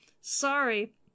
sorry